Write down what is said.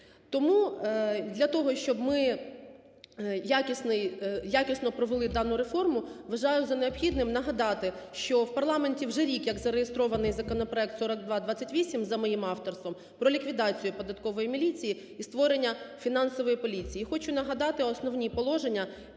Тому для того, щоб ми якісно провели дану реформу, вважаю за необхідне нагадати, що в парламенті вже рік як зареєстрований законопроект 4228 за моїм авторством про ліквідацію податкової міліції і створення Фінансової поліції. І хочу нагадати основні положення